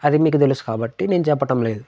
అది మీకు తెలుసు కాబట్టి నేను చెప్పటం లేదు